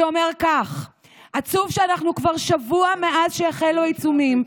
שאומר כך: "עצוב שאנחנו כבר שבוע מאז שהחלו העיצומים,